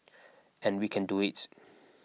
and we can do it